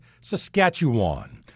Saskatchewan